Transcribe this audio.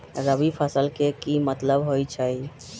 रबी फसल के की मतलब होई छई?